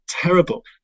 terrible